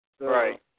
Right